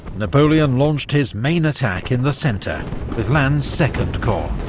napoleon launched his main attack in the centre with lannes' second corps.